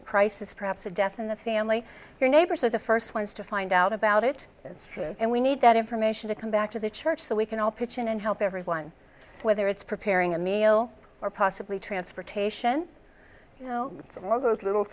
a crisis perhaps a death in the family your neighbors are the first ones to find out about it that's true and we need that information to come back to the church so we can all pitch in and help everyone whether it's preparing a meal or possibly transportation you know the logos little